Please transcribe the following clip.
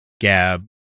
gab